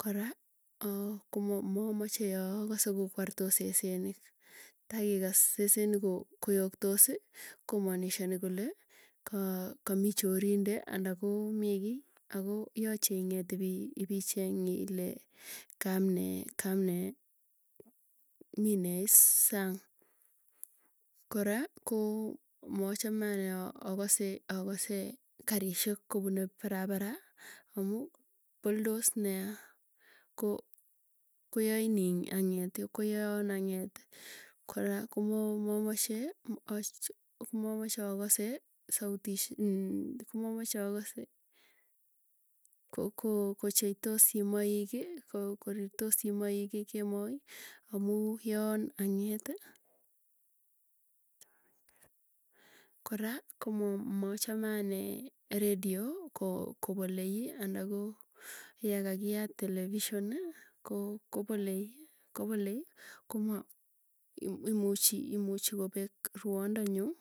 Kora aah komomo mamache yaa yaakase ko kwartos sesentik, tai ikas sesenik koyoktosi komaanishani kole. Ka kamii chorinde anda koo mii kiiy akoo yache inge't ipicheng ile kaam nee, kaamnee mii nee iis sang. Kora koo mochame anee akase karisyek kopunei parapara, amuu poldos neya, koo koyain ing ang'et koyan ang'et. Kora komamache akase sautis komamache akoose ko kocheitos somoik, korirtos simoik kemoi amuu yon ang'eeti. Kora komachame anee radio ko kopolei anda koo, yakakiyat television koo kopolei, kopolei koma imuchi imuchi kopeek rwanda nyuu.